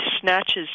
snatches